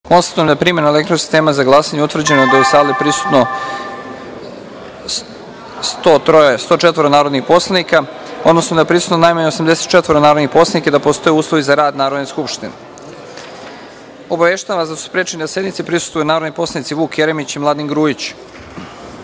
da je primenom elektronskog sistema za glasanje utvrđeno da je u sali prisutno 104 narodna poslanika, odnosno da je prisutno najmanje 84 narodna poslanika i da postoje uslovi za rad Narodne skupštine. Obaveštavam da su sprečeni da sednici prisustvuju narodni poslanici Vuk Jeremić i Mladen